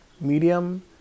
Medium